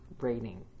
rating